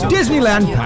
Disneyland